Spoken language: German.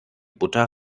butter